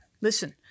listen